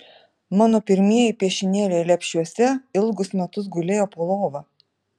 mano pirmieji piešinėliai lepšiuose ilgus metus gulėjo po lova